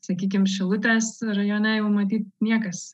sakykim šilutės rajone jau matyt niekas